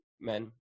men